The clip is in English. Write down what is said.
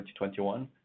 2021